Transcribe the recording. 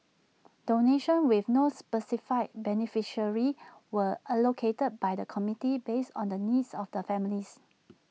donations with no specified beneficiaries were allocated by the committee based on the needs of the families